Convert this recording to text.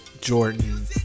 jordan